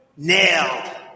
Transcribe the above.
nailed